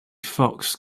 fox